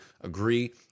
agree